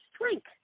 drink